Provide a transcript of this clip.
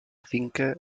finca